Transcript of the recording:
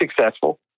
successful